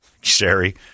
Sherry